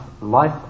life